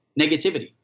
negativity